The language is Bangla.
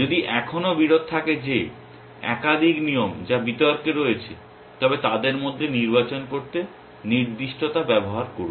যদি এখনও বিরোধ থাকে যে একাধিক নিয়ম যা বিতর্কে রয়েছে তবে তাদের মধ্যে নির্বাচন করতে নির্দিষ্টতা ব্যবহার করুন